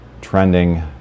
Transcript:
trending